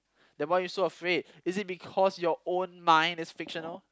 then why you so afraid is it because your own mind is fictional